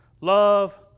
love